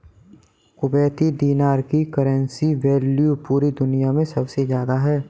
Kuwaiti दीनार की currency value पूरी दुनिया मे सबसे ज्यादा है